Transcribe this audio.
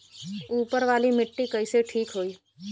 ऊसर वाली मिट्टी कईसे ठीक होई?